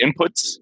inputs